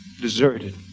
deserted